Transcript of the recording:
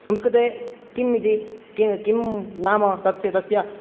संस्कृते किम् इति किम् नाम तस्य